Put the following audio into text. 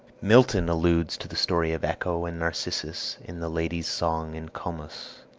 milton alludes to the story of echo and narcissus in the lady's song in comus.